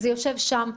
זה יושב שם.